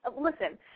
listen